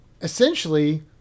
essentially